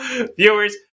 viewers